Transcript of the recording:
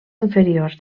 inferiors